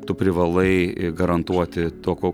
tu privalai garantuoti toko